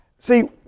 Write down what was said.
See